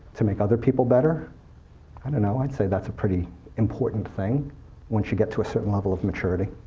to make other people better i don't know, i'd say that's a pretty important thing once you get to a certain level of maturity.